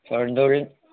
സ്വയം തൊഴിൽ